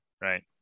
right